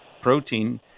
protein